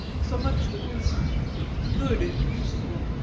so much that was good and useful